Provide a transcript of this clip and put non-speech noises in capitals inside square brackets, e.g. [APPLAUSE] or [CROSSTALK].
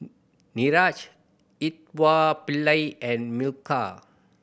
[UNINTELLIGIBLE] Niraj [UNINTELLIGIBLE] and Milkha